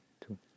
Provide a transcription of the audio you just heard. two